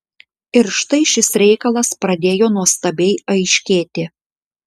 ir štai šis reikalas pradėjo nuostabiai aiškėti